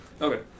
Okay